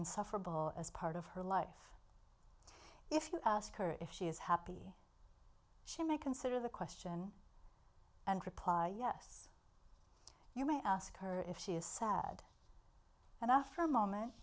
insufferable as part of her life if you ask her if she is happy she may consider the question and reply yes you may ask her if she is sad and after a moment